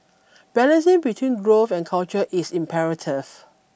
balancing between growth and culture is imperative